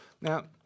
Now